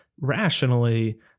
rationally